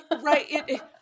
right